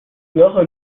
göre